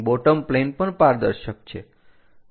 bottom plane પણ પારદર્શક છે